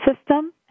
system